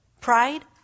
Pride